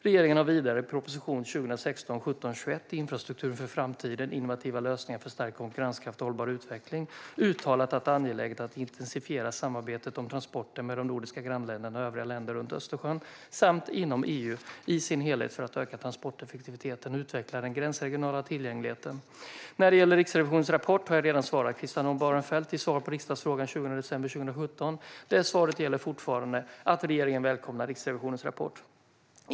Regeringen har vidare i proposition 2016/17:21 Infrastruktur för framtiden - innovativa lösningar för stärkt konkurrenskraft och hållbar utveckling uttalat att det är angeläget att intensifiera samarbetet om transporter med de nordiska grannländerna och övriga länder runt Östersjön samt inom EU i sin helhet för att öka transporteffektiviteten och utveckla den gränsregionala tillgängligheten. När det gäller Riksrevisionens rapport har jag redan svarat Christian Holm Barenfeld i ett svar på en fråga den 20 december 2017. Det svaret gäller fortfarande: Regeringen välkomnar Riksrevisionens rapport.